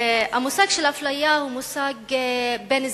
המושג של אפליה הוא בין אזרחים,